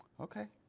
okay.